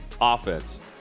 offense